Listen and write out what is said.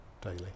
daily